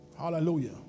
Hallelujah